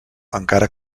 encara